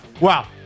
Wow